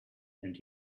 and